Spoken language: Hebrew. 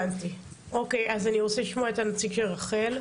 נציג רח"ל,